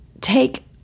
take